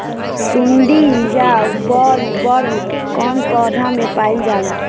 सुंडी या बॉलवर्म कौन पौधा में पाइल जाला?